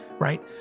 right